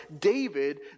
David